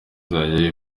ntajya